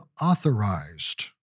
authorized